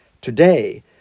Today